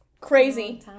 Crazy